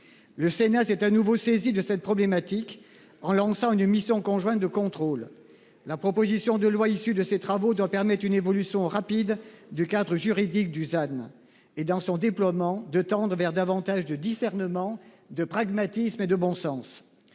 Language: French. Le Sénat s'est à nouveau saisi de cette problématique en lançant une mission conjointe de contrôle. La proposition de loi issu de ces travaux doit permettre une évolution rapide du cadre juridique Dusan et dans son déploiement de tendre vers davantage de discernement de pragmatisme et de bon sens.